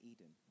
Eden